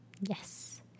Yes